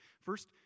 First